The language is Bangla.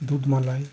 দুধ মালাই